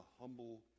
humble